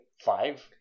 five